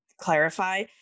clarify